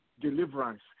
deliverance